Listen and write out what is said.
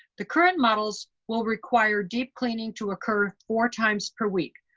the current models will require deep cleaning to occur four times per week.